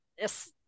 Yes